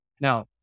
Now